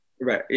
Right